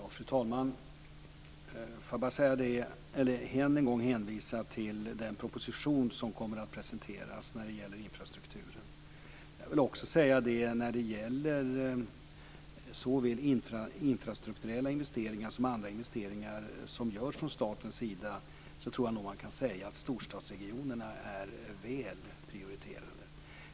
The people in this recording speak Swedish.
Fru talman! Jag hänvisar än en gång till den proposition som kommer att presenteras när det gäller infrastrukturen. När det gäller såväl infrastrukturella investeringar som andra investeringar som görs från statens sida tror jag nog man kan säga att storstadsregionerna är väl prioriterade.